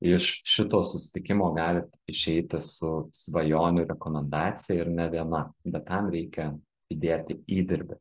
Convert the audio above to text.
iš šito susitikimo galit išeiti su svajonių rekomendacija ir ne viena bet tam reikia įdėti įdirbį